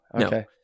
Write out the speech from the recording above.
Okay